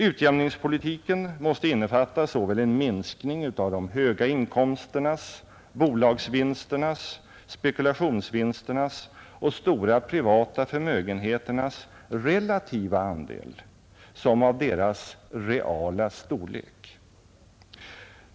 Utjämningspolitiken måste innefatta såväl en minskning av de höga inkomsternas, bolagsvinsternas, spekulationsvinsternas och de stora privata förmögenheternas relativa andel som av deras reala storlek.